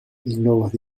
globos